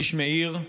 איש מאיר,